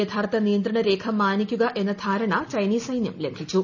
യഥാർത്ഥ നിയന്ത്രണ രേഖ മാനിക്കുക എന്ന ധാരണ ചൈനീസ് സൈനൃം ലംഘിച്ചു